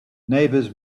neighbors